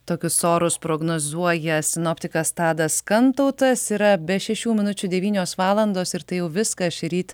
tokius orus prognozuoja sinoptikas tadas kantautas yra be šešių minučių devynios valandos ir tai jau viskas šįryt